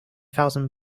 thousand